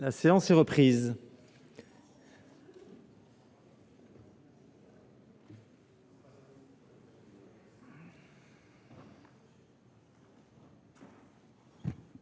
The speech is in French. La séance est reprise.